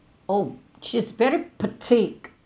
oh she's very petite